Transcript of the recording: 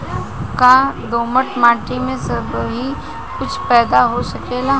का दोमट माटी में सबही कुछ पैदा हो सकेला?